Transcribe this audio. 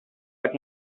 but